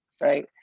right